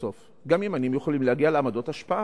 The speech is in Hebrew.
סוף-סוף גם ימנים יכולים להגיע לעמדות השפעה.